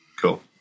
Cool